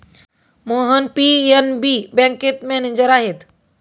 Mohan PNB बँकेत manager आहेत